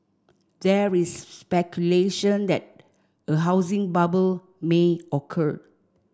there is speculation that a housing bubble may occur